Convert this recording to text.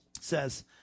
says